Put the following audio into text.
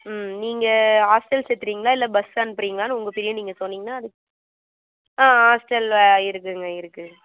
ம் நீங்கள் ஹாஸ்டல் சேர்க்குறீங்களா இல்லை பஸ்ஸில் அனுப்புறீங்களா உங்கள் சொன்னிங்கன்னா அதுக்கு ஆ ஹாஸ்டல்ல இருக்குங்க இருக்கு